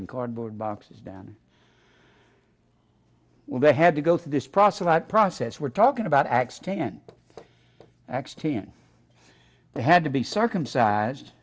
in cardboard boxes down well they had to go through this process process we're talking about x ten x ten they had to be circumcised